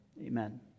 Amen